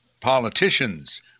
politicians